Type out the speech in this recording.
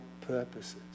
purposes